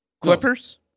Clippers